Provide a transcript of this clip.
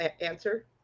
answer